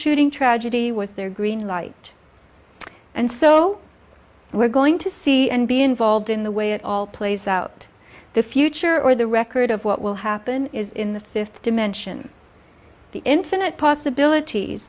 shooting tragedy was their green light and so we're going to see and be involved in the way it all plays out the future or the record of what will happen is in the fifth dimension the infinite possibilities